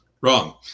Wrong